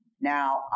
Now